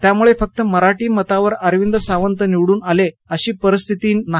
त्यामुळे फक्त मराठी मतांवर अरविंद सावंत निवडून आले अशी परिस्थिती नाही